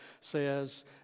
says